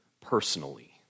personally